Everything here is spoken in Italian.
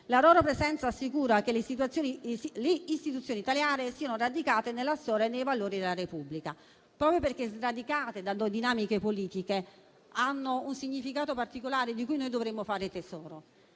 la loro presenza assicura che le istituzioni italiane siano radicate nella storia e nei valori della Repubblica. Proprio perché sradicati dalle dinamiche politiche, hanno un significato particolare, di cui dovremmo fare tesoro.